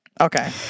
Okay